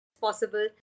possible